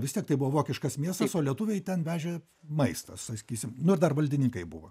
vis tiek tai buvo vokiškas miestas o lietuviai ten vežė maistą sakysim nu ir dar valdininkai buvo